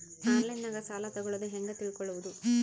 ಆನ್ಲೈನಾಗ ಸಾಲ ತಗೊಳ್ಳೋದು ಹ್ಯಾಂಗ್ ತಿಳಕೊಳ್ಳುವುದು?